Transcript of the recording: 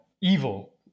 evil